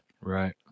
Right